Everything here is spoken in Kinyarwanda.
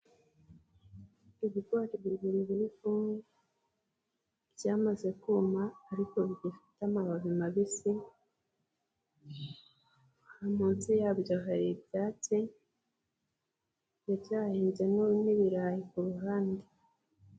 Ibigori bibiri biri kumwe byamaze kuma ariko bigifite amababi mabisi, munsi yabyo hari ibyatsi hirya hahinzemo n'ibirayi ku ruhande.